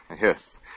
Yes